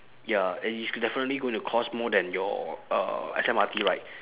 ya and it's definitely going to cost more than your uh S_M_R_T ride